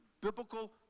biblical